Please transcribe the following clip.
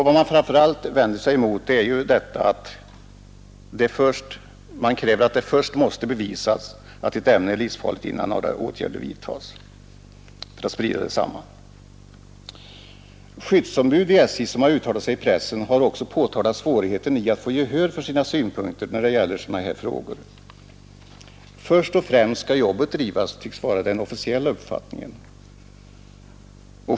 Vad man framför allt vänder sig emot är att det först måste bevisas att ett ämne är livsfarligt innan några åtgärder vidtas för att stoppa dess spridning. Skyddsombud vid SJ, som uttalat sig i pressen, har också påtalat svårigheten att få gehör för sina synpunkter när det gäller sådana här frågor. Först och främst skall jobbet drivas, tycks vara den officiella uppfattningen.